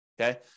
okay